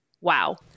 wow